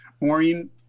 Maureen